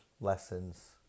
lessons